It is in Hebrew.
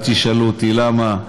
אל תשאלו אותי למה,